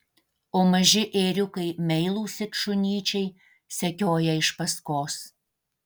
o maži ėriukai meilūs it šunyčiai sekioja iš paskos